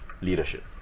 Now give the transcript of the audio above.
leadership